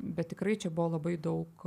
bet tikrai čia buvo labai daug